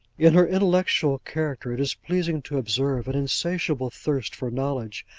in her intellectual character it is pleasing to observe an insatiable thirst for knowledge,